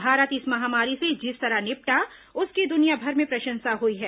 भारत इस महामारी से जिस तरह निपटा उसकी दुनियाभर में प्रशंसा हुई है